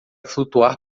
flutuar